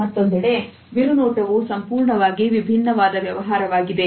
ಮತ್ತೊಂದೆಡೆ ಬಿರುನೋಟವು ಸಂಪೂರ್ಣವಾಗಿ ವಿಭಿನ್ನವಾದ ವ್ಯವಹಾರವಾಗಿದೆ